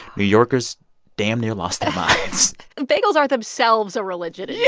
new yorkers damn near lost their minds bagels are themselves a religion. yeah